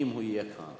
בני עם הרוב.